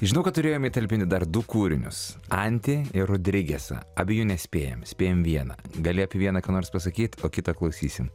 žinau kad turėjom įtalpinti dar du kūrinius anti ir rodrigesą abiejų nespėjam spėjam vieną gali apie vieną ką nors pasakyt o kitą klausysim